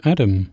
Adam